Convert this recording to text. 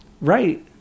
Right